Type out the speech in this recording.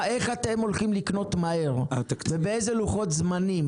איך אתם הולכים לקנות מהר, ובאילו לוחות זמנים?